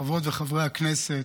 חברות וחברי הכנסת,